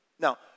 Now